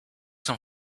some